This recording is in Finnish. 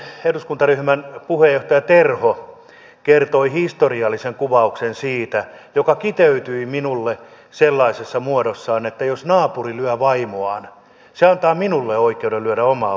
perussuomalaisten eduskuntaryhmän puheenjohtaja terho kertoi siitä historiallisen kuvauksen joka kiteytyi minulle sellaisessa muodossa että jos naapuri lyö vaimoaan se antaa minulle oikeuden lyödä omaa vaimoani